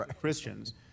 Christians